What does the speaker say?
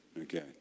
Okay